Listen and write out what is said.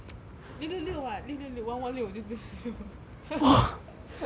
六六六 what 六六六 one one 六我就真的死